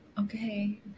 Okay